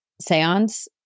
seance